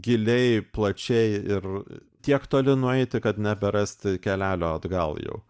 giliai plačiai ir tiek toli nueiti kad neberasti kelelio atgal jau